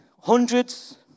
hundreds